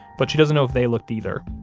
but she doesn't know if they looked either,